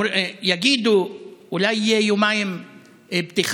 יגידו: אולי יהיו יומיים פתיחה,